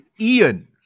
Ian